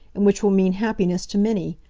and which will mean happiness to many.